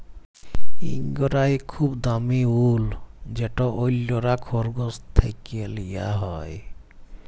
ইঙ্গরা ইক খুব দামি উল যেট অল্যরা খরগোশ থ্যাকে লিয়া হ্যয়